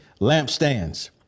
lampstands